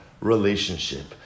relationship